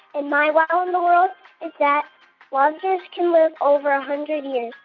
and my wow in the world is that lobsters can live over a hundred years.